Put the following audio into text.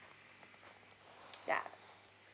yeah